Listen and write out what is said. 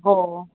हो